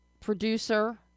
producer